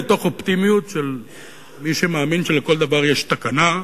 מתוך אופטימיות של מי שמאמין שלכל דבר יש תקנה,